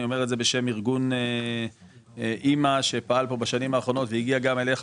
אני אומר את זה בשם ארגון א.מ.א שפעל פה בשנים האחרונות והגיע גם אליך,